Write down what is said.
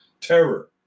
terror